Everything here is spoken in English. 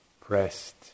pressed